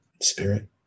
spirit